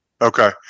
okay